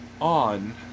on